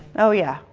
oh, yeah.